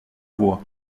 voix